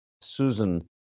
Susan